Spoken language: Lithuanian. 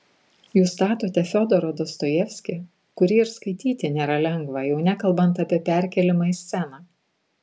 jūs statote fiodorą dostojevskį kurį ir skaityti nėra lengva jau nekalbant apie perkėlimą į sceną